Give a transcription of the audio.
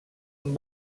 amb